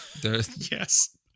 Yes